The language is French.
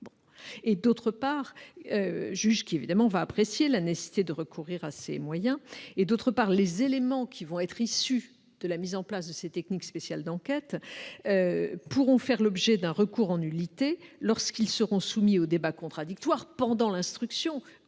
est prise par un juge qui appréciera la nécessité de recourir à ces moyens. D'autre part, les éléments qui seront issus de la mise en place de ces techniques spéciales d'enquête pourront faire l'objet d'un recours en nullité lorsqu'ils seront soumis au débat contradictoire, pendant l'instruction